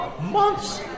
months